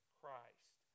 Christ